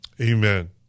amen